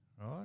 right